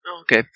Okay